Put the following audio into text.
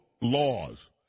laws